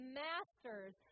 masters